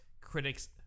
Critics